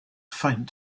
faint